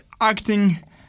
acting